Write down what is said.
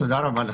תודה רבה לכם.